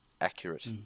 accurate